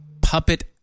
Puppet